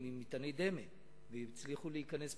אני מבקש בתחילת דברי להודות לקדוש-ברוך-הוא על מה שהיה בחיפה.